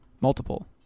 multiple